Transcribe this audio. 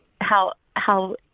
how—how—